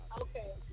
Okay